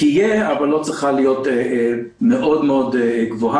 תהיה אבל לא צריכה להיות מאוד מאוד גבוהה,